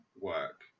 work